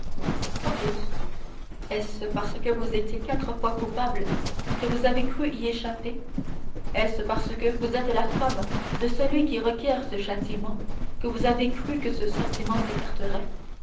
sans doute est-ce parce que vous étiez quatre fois coupable que vous avez cru y échapper est-ce parce que vous êtes la femme de celui qui requiert ce châtiment que vous avez cru que ce châtiment s'écarterait